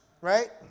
right